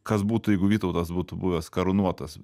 kas būtų jeigu vytautas būtų buvęs karūnuotas